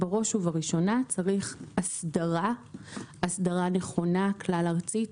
בראש ובראשונה צריך הסדרה נכונה כלל ארצית